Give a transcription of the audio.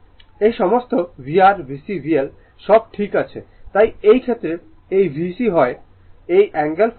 এই সমস্ত VR VC VL সব ঠিক আছে তাই এই ক্ষেত্রে এই VC হয় দেখুন সময় 1328 এই অ্যাঙ্গেল 45o হয়